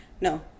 no